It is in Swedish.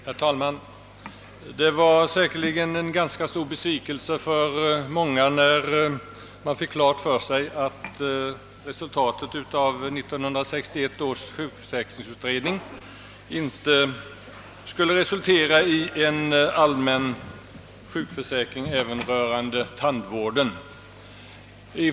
Herr talman! Det var säkerligen en ganska stor besvikelse för många när man fick klart för sig att 1961 års sjukförsäkringsutredning inte skulle resultera i en allmän sjukförsäkring även beträffande tandvården.